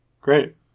Great